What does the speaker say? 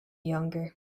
younger